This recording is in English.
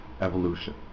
evolution